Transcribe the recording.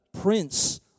prince